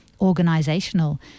organizational